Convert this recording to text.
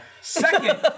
Second